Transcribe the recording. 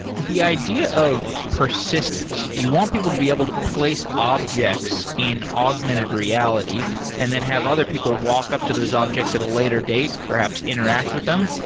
the idea of persistence, you want people to be able to place objects in augmented reality and then have other people walk up to those objects at a later date, perhaps interact with them.